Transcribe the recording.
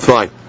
Fine